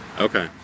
Okay